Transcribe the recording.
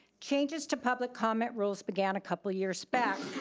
changes to public comment rules began a couple years back,